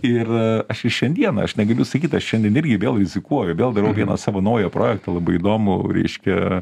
ir aš ir šiandieną aš negaliu sakyt aš šiandien irgi vėl rizikuoju vėl darau vieną savo naują projektą labai įdomų reiškia